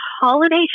holiday